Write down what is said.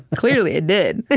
clearly, it did.